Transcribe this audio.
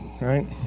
right